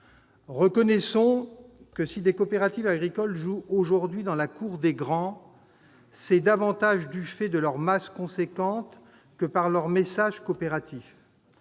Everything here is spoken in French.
Reconnaissons que si des coopératives agricoles jouent aujourd'hui dans la cour des grands, c'est davantage en raison de leur masse importante que de leur message coopératif.